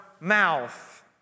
mouth